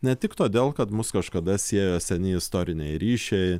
ne tik todėl kad mus kažkada siejo seni istoriniai ryšiai